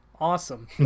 awesome